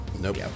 Nope